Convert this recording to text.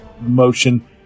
motion